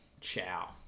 Ciao